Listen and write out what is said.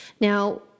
Now